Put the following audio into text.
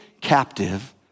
captive